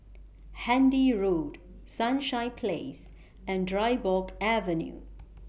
Handy Road Sunshine Place and Dryburgh Avenue